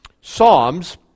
Psalms